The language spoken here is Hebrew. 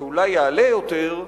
שאולי יעלה יותר,